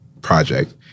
project